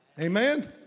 Amen